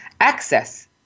access